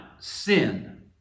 sin